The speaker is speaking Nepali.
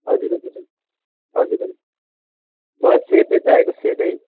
हजुर हजुर हजुर हजुर हजुर मलाई सेटै चाहिएको सेटै